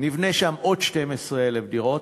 נבנה שם עוד 12,000 דירות.